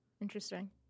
Interesting